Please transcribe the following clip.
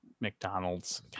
McDonald's